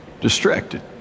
Distracted